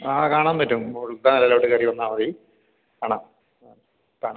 ആ കാണാൻ പറ്റും മോളിലത്തെ നിലയിലോട്ട് കയറി വന്നാൽ മതി കാണാം കാണാം